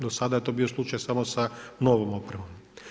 Do sada je to bio slučaj samo sa novom opremom.